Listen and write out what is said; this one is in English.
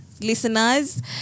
Listeners